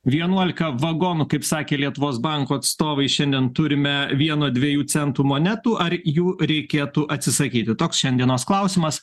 vienuolika vagonų kaip sakė lietuvos banko atstovai šiandien turime vieno dviejų centų monetų ar jų reikėtų atsisakyti toks šiandienos klausimas